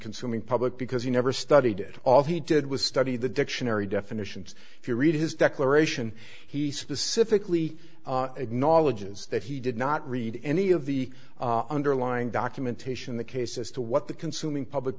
consuming public because he never studied it all he did was study the dictionary definitions if you read his declaration he specifically acknowledges that he did not read any of the underlying documentation the case as to what the consuming public